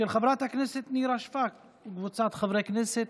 של חברת הכנסת נירה שפק וקבוצת חברי הכנסת.